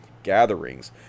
gatherings